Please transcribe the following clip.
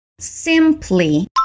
Simply